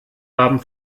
haben